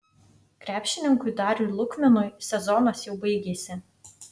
krepšininkui dariui lukminui sezonas jau baigėsi